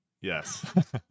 yes